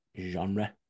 genre